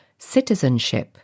citizenship